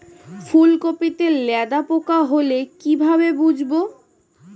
ফুলকপিতে লেদা পোকা হলে কি ভাবে বুঝবো?